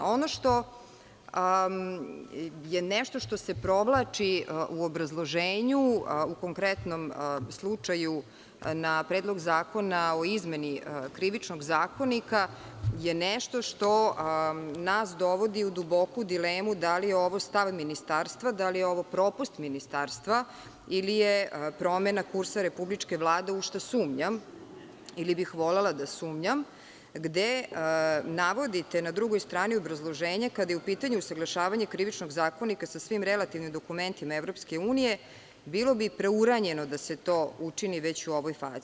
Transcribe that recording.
Ono što je nešto što se provlači u obrazloženju, u konkretnom slučaju na Predlog zakona o izmeni Krivičnog zakonika je nešto što nas dovodi u duboku dilemu da li je ovo stav ministarstva, da li je ovo propust ministarstva ili je promena kursa Republičke vlade, u šta sumnjam, ili bih volela da sumnjam, gde navodite na drugoj strani u obrazloženju kada je u pitanju usaglašavanje Krivičnog zakonika sa svim relativnim dokumentima EU, bilo bi preuranjeno da se to učini već u ovoj fazi.